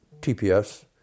TPS